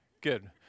good